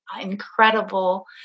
incredible